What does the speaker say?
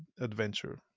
adventure